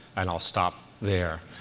and i'll stop there.